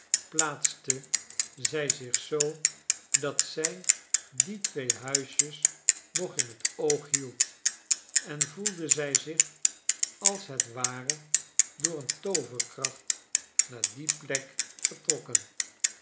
plaatste zij zich zoo dat zij die twee huisjes nog in het oog hield en voelde zij zich als het ware door eene tooverkracht naar die plek getrokken